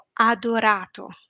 adorato